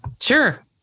sure